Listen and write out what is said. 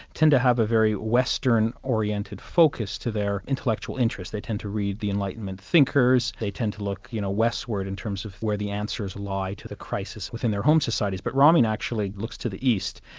tend to have a very western-oriented focus to their intellectual interests. they tend to read the enlightenment thinkers, they tend to look you know westward in terms of where the answers lie to the crisis within their home societies, but ramin actually looks to the east,